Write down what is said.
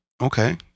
Okay